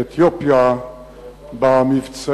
אתיופיה במבצעים,